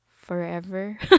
forever